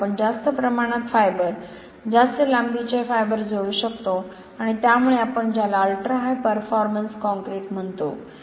त्यामुळे आपण जास्त प्रमाणात तंतू जास्त लांबीचे फायबर जोडू शकतो आणि त्यामुळे आपण ज्याला अल्ट्रा हाय परफॉर्मन्स काँक्रीट म्हणतो